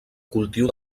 cultiu